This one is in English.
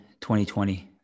2020